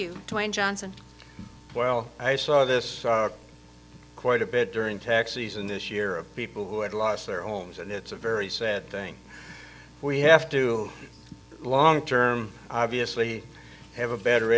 johnson well i saw this quite a bit during tax season this year of people who had lost their homes and it's a very sad thing we have to long term obviously have a better